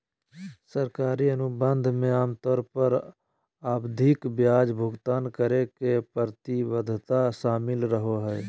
सरकारी अनुबंध मे आमतौर पर आवधिक ब्याज भुगतान करे के प्रतिबद्धता शामिल रहो हय